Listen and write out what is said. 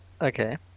Okay